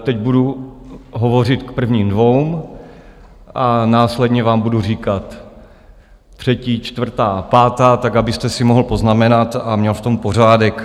Teď budu hovořit k prvním dvěma a následně vám budu říkat třetí, čtvrtá, pátá tak, abyste si mohl poznamenat a měl v tom pořádek.